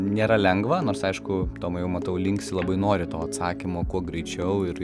nėra lengva nors aišku tomai jau matau linksi labai nori to atsakymo kuo greičiau ir